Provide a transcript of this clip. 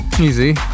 Easy